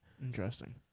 Interesting